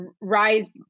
rise